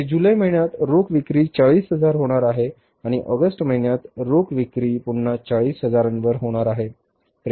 येथे जुलै महिन्यात रोख विक्री 40 हजार होणार आहे आणि ऑगस्ट महिन्यात रोख विक्री पुन्हा 40 हजारांवर होणार आहे